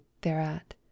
thereat